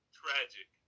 tragic